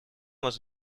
was